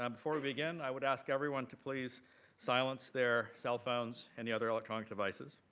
um before we begin, i would ask everyone to please silence their cell phones, any other electronic devices.